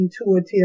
intuitive